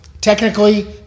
technically